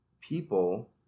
people